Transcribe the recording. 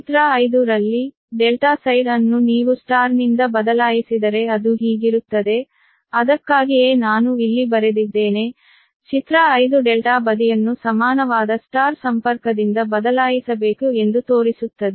ಚಿತ್ರ 5 ರಲ್ಲಿ ∆ ಸೈಡ್ ಅನ್ನು ನೀವು Y ನಿಂದ ಬದಲಾಯಿಸಿದರೆ ಅದು ಹೀಗಿರುತ್ತದೆ ಅದಕ್ಕಾಗಿಯೇ ನಾನು ಇಲ್ಲಿ ಬರೆದಿದ್ದೇನೆ ಚಿತ್ರ 5 ∆ ಬದಿಯನ್ನು ಸಮಾನವಾದ Y ಸಂಪರ್ಕದಿಂದ ಬದಲಾಯಿಸಬೇಕು ಎಂದು ತೋರಿಸುತ್ತದೆ